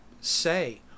Say